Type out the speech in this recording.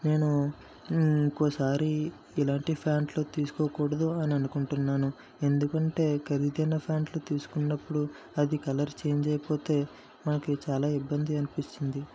నేను ఇంకోసారి ఇలాంటి ప్యాంట్లు తీసుకోకూడదు అని అనుకుంటున్నాను ఎందుకంటే ఖరీదైన ప్యాంట్లు తీసుకున్నప్పుడు అది కలర్ చేంజ్ అయిపోతే మనకి చాలా ఇబ్బంది అనిపించింది